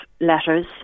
letters